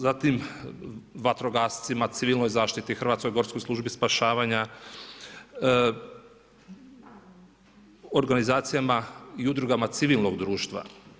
Zatim vatrogascima, civilnoj zaštiti, Hrvatskoj gorskoj službi spašavanja, organizacijama i udrugama civilnog društva.